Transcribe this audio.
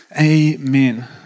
Amen